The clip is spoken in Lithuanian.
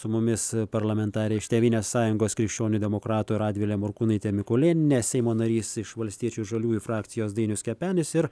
su mumis parlamentarė iš tėvynės sąjungos krikščionių demokratų radvilė morkūnaitė mikulėnienė seimo narys iš valstiečių ir žaliųjų frakcijos dainius kepenis ir